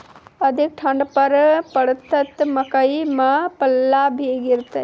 अधिक ठंड पर पड़तैत मकई मां पल्ला भी गिरते?